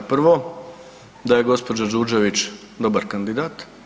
Prvo da je gospođa Đurđević dobar kandidat.